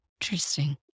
Interesting